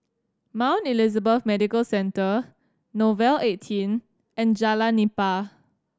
Mount Elizabeth Medical Centre Nouvel Eighteen and Jalan Nipah